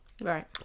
right